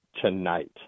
tonight